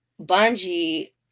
bungee